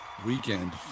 weekend